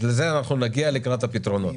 לזה נגיע לקראת הפתרונות.